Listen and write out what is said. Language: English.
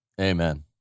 Amen